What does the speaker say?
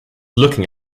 looking